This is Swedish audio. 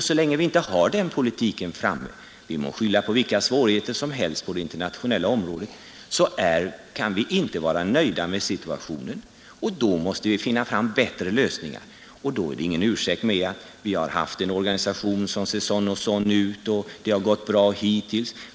Så länge vi inte har den politiken framme — vi må skylla på vilka svårigheter som helst på det internationella området — kan vi inte vara nöjda med situationen. Då mäste vi söka bättre lösningar, och då är det ingen ursäkt att vi har haft den och den organisationen och att det gått bra hittills.